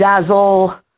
Dazzle